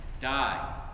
die